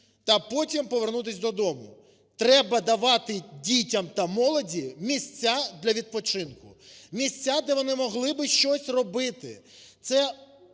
та потім повернутись додому. Треба давати дітям та молоді місця для відпочинку, місця, де вони могли би щось робити.